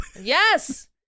Yes